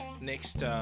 next